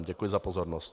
Děkuji za pozornost.